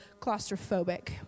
claustrophobic